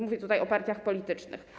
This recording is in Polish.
Mówię tutaj o partiach politycznych.